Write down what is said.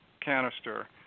canister